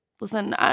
Listen